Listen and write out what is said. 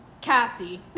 Cassie